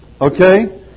okay